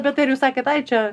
ar jūs sakėt ai čia